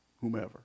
whomever